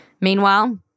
Meanwhile